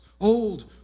old